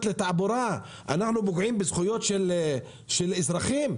לתעבורה אנחנו פוגעים בזכויות של אזרחים?